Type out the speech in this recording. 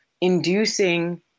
inducing